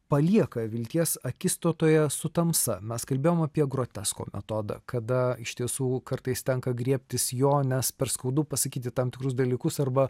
palieka vilties akistatoje su tamsa mes kalbėjom apie grotesko metodą kada iš tiesų kartais tenka griebtis jo nes per skaudu pasakyti tam tikrus dalykus arba